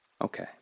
Okay